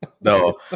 no